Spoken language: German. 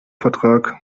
vertrag